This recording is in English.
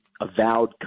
avowed